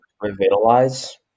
revitalize